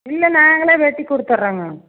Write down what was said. இல்லை நாங்களே வெட்டிக் கொடுத்துறங்க